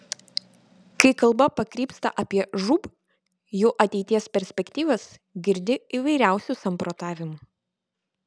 kai kalba pakrypsta apie žūb jų ateities perspektyvas girdi įvairiausių samprotavimų